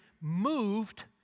moved